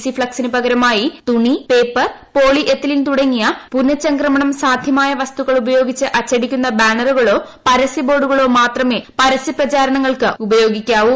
C ഫ്ളക്സിന് പകരമായി തുണി പേപ്പർ പോളി എത്തലീൻ തുടങ്ങി പുനഃചംക്രമണം സാധ്യമായ വസ്തുക്കൾ ഉപയോഗിച്ച് അച്ചടിക്കുന്ന ബാനറുകളോ പരസ്യബോർഡുകളോ മാത്രമേ പരസ്യപ്രചാരണങ്ങൾക്ക് ഉപയോഗിക്കാവൂ